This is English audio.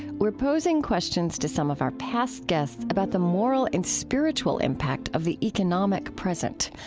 we're posing questions to some of our past guests about the moral and spiritual impact of the economic present.